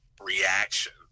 reaction